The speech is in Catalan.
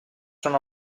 són